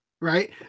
Right